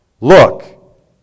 Look